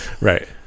Right